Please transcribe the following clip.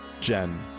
Jen